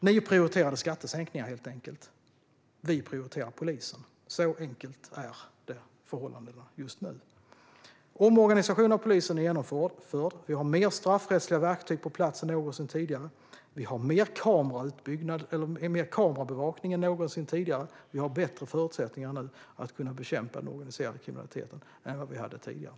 Ni prioriterade skattesänkningar, helt enkelt, och vi prioriterar poliser. Så enkelt är förhållandet just nu. Omorganisationen av polisen är genomförd. Vi har fler straffrättsliga verktyg på plats än någonsin tidigare. Vi har mer kamerabevakning än någonsin tidigare. Vi har bättre förutsättningar nu att kunna bekämpa den organiserade kriminaliteten än vi hade tidigare.